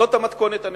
זו המתכונת הנכונה.